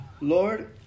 lord